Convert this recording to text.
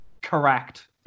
correct